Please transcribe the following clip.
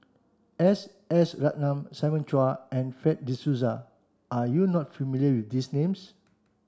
S S Ratnam Simon Chua and Fred de Souza are you not familiar with these names